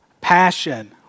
passion